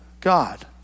God